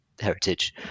heritage